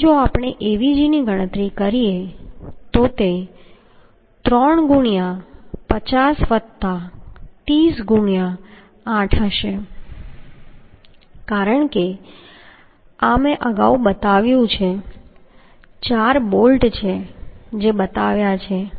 તેથી જો આપણેAvgની ગણતરી કરીએ તો તે 3 ગુણ્યાં 50 વત્તા 30 ગુણ્યાં 8 હશે કારણ કે આ મેં અગાઉ બતાવ્યું છે કે ચાર બોલ્ટ છે જે બતાવ્યા છે